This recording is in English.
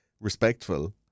respectful